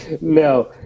no